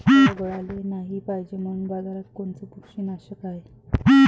फळं गळाले नाही पायजे म्हनून बाजारात कोनचं बुरशीनाशक हाय?